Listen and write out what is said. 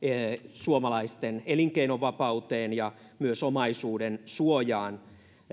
suomalaisten elinkeinovapauteen ja myös omaisuudensuojaan